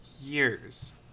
years